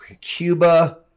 Cuba